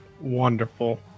Wonderful